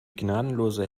gnadenlose